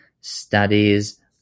studies